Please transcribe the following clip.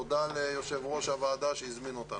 תודה ליושב ראש הוועדה שהזמין אותנו.